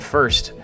First